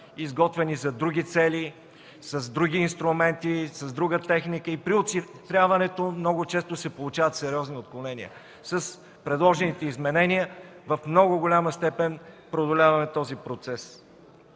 изготвяни за други цели, с други инструменти, с друга техника и при оцифряването много често се получават сериозни отклонения. С предложените изменения в много голяма степен преодоляваме този процес.